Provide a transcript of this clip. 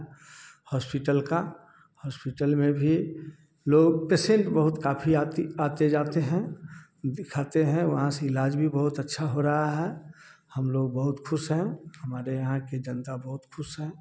hospital का hospital में भी लोग पेशेंट बहुत काफी आती आते जाते हैं दिखाते हैं वहाँ से इलाज भी बहुत अच्छा हो रहा है हम लोग बहुत खुश हैं हमारे यहाँ की जनता बहुत खुश है